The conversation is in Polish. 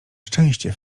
szczęście